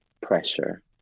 pressure